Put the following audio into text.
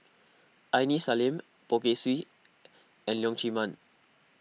Aini Salim Poh Kay Swee and Leong Chee Mun